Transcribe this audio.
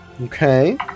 Okay